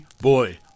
boy